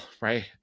right